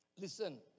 Listen